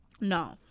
No